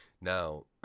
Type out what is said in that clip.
Now